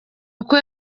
uko